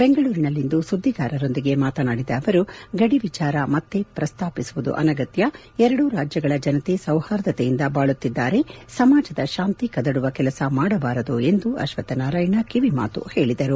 ಬೆಂಗಳೂರಿನಲ್ಲಿಂದು ಸುದ್ವಿಗಾರರೊಂದಿಗೆ ಮಾತನಾಡಿದ ಅವರು ಗಡಿ ವಿಚಾರ ಮತ್ತೆ ಪ್ರಸ್ತಾಪಿಸುವುದು ಅನಗತ್ಯ ಮಾನವೀಯತೆಗೆ ಗಡಿ ಎಂಬುದಿಲ್ಲ ಎರಡೂ ರಾಜ್ಯಗಳ ಜನತೆ ಸೌಹಾರ್ದತೆಯಿಂದ ಬಾಳುತ್ತಿದ್ದಾರೆ ಸಮಾಜದ ಶಾಂತಿ ಕದಡುವ ಕೆಲಸ ಮಾಡಬಾರದು ಎಂದು ಅಶ್ವತ್ಥನಾರಾಯಣ ಕಿವಿಮಾತು ಹೇಳಿದರು